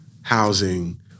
housing